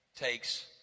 takes